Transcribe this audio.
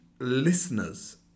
listeners